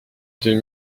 deux